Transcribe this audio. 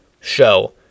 show